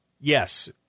Yes